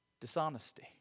dishonesty